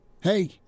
Hey